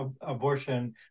abortion